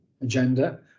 agenda